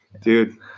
Dude